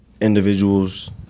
individuals